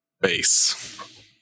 base